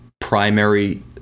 primary